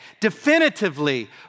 definitively